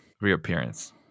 reappearance